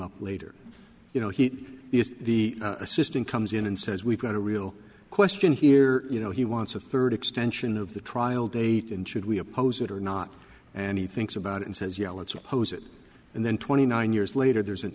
up later you know he is the assistant comes in and says we've got a real question here you know he wants a third extension of the trial date and should we oppose it or not and he thinks about it and says yeah let's suppose it and then twenty nine years later there's an